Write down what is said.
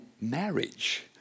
marriage